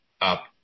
up